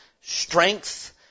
strength